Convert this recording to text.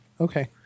Okay